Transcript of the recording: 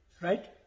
right